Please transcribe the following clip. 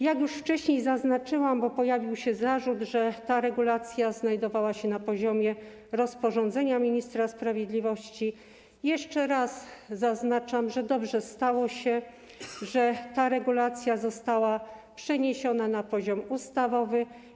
Jak już wcześniej zaznaczyłam - bo pojawił się zarzut, że ta regulacja znajdowała się na poziomie rozporządzenia ministra sprawiedliwości - tak jeszcze raz zaznaczam, że dobrze się stało, że ta regulacja została przeniesiona na poziom ustawowy.